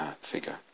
figure